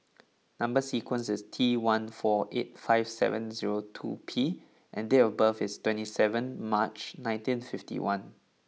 number sequence is T one four eight five seven zero two P and date of birth is twenty seven March nineteen fifty one